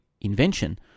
invention